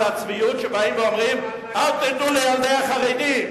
על הצביעות שבאים ואומרים: אל תיתנו לילדי החרדים,